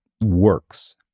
works